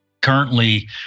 currently